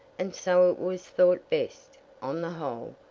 and so it was thought best, on the whole,